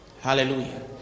Hallelujah